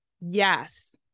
yes